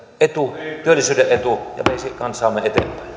etu työllisyyden etu ja veisi kansaamme